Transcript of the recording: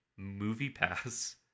MoviePass